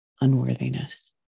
unworthiness